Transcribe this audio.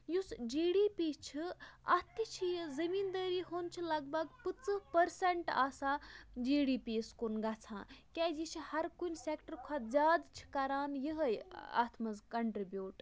یُس G D P چھِ اَتھ تہِ چھ یہِ زٔمیٖندٲری ہُنٛد چھ لَگ بگ پٕنٛژٕہ پرسَنٛٹ آسان جی ڈی پی یَس کُن گَژھان کیازِ یہِ چھ ہرکُنہِ سیکٹَر کھۄتہٕ زیادٕ چھِ کَران یِہٕے اَتھ منٛز کَنٹِربِیوٗٹ